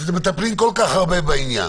שמטפלים כל כך הרבה בעניין.